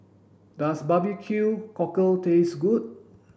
does barbecue cockle taste good